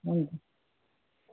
हुन्छ